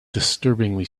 disturbingly